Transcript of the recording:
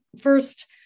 first